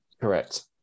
Correct